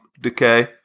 decay